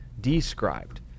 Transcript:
described